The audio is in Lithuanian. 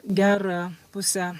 gerą pusę